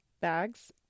bags